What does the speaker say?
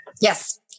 Yes